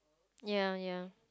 ya ya